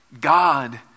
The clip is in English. God